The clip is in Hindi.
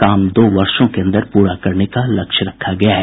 काम दो वर्षों के अंदर प्ररा करने का लक्ष्य रखा गया है